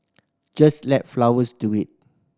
just let flowers do it